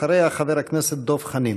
אחריה, חבר הכנסת דב חנין.